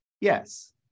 yes